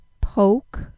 poke